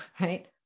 right